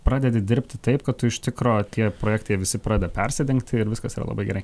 pradedi dirbti taip kad tu iš tikro tie projektai visi pradeda persidengti ir viskas yra labai gerai